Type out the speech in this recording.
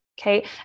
Okay